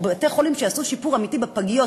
או בתי-חולים שיעשו שיפור אמיתי בפגיות,